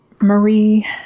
marie